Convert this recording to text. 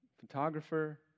Photographer